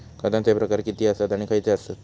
खतांचे प्रकार किती आसत आणि खैचे आसत?